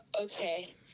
okay